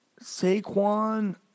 Saquon